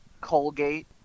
Colgate